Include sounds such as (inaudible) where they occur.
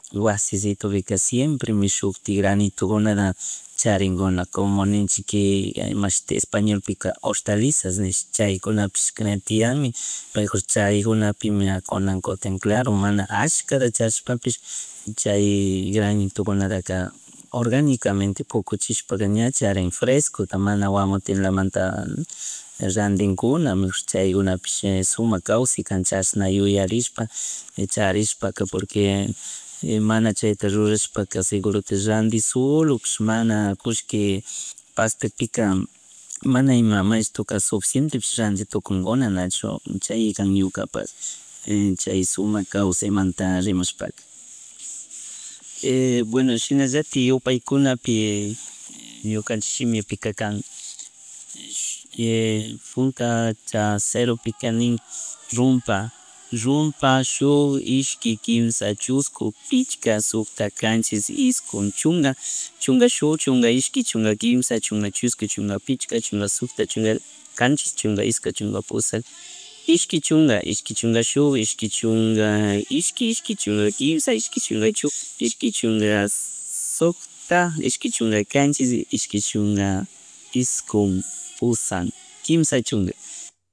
Wasisitopika siempreme shuk tikgranitukunataga (noise) charinguna como nisnhciki imashuti español shimipika hortalizas nishk chaykunapish tiyanmi mejor chaygunapi kunan kutin claro mana allkata charishpapish (noise) chay granitukunataka organikamente pukuchishpaka ña charin fresco mana Guamotelamanta (hesitation) randikuna mejor chay gunapish sumak kawsay kan chashna yuyarishpa (noise) charishpaka porque (noise) mana chayta rurashpaka segurotik randishsolopish mana kushki (noise) pagtapika mana ima may ratoka suficientepish randin tukun kuna nachu chay kan ñukapak, chay sumak kawsaymanta rimashpaka. (hesitation) Bueno shinallatik yupaykunapi (noise) ñukanchik shimipika kan (hesitation) puntapika ceropika nin rumpa rumpa, shuk, ishki, kimsha, chushku, pigka, sukta, kanchish, iskun, chunga, (noise) chunga shuk, chunga ishki, chunga quimsa, chunga chushku, chunga pickcha, chunga sukta, chunga kanchis, chunga isnhkun, chunga pushak, ishki chunga, ishki chunga shuk, ishki chunga ishki, ishki chunga quimsha, ishqui chunga chushku, ishqui chunga sukta, ishki chunga cnachish, inshki chunga ishkun, pusank quimsha chunga.